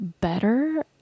better